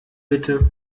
bitte